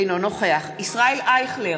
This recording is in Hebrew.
אינו נוכח ישראל אייכלר,